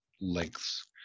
lengths